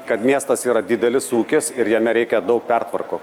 kad miestas yra didelis ūkis ir jame reikia daug pertvarkų